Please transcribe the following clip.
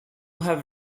have